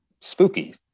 spooky